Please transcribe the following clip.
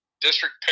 district